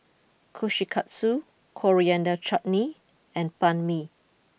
Kushikatsu Coriander Chutney and Banh Mi